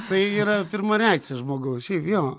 tai yra pirma reakcija žmogaus šiaip jo